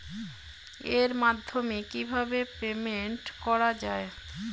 এর মাধ্যমে কিভাবে পেমেন্ট করা য়ায়?